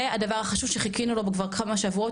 זה הדבר החשוב שחיכינו לו פה כבר כמה שבועות,